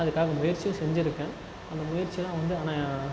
அதுக்காக முயற்சியும் செஞ்சிருக்கேன் அந்த முயற்சிலாம் வந்த ஆனால்